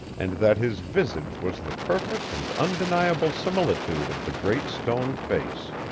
and that his visage was the perfect and undeniable similitude of the great stone face.